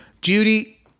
judy